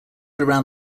around